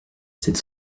cette